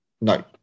No